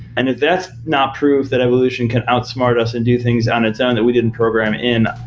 and if that's not proof that evolution can outsmart us and do things on its own that we didn't program in,